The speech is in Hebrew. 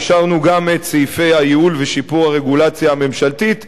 אישרנו גם את סעיפי הייעול ושיפור הרגולציה הממשלתית.